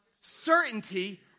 certainty